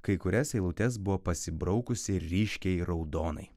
kai kurias eilutes buvo pasibraukusi ryškiai raudonai